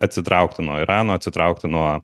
atsitraukti nuo irano atsitraukti nuo